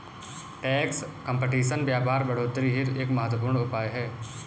tax competition व्यापार बढ़ोतरी हेतु एक महत्वपूर्ण उपाय है